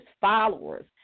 followers